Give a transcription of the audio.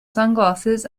sunglasses